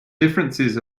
differences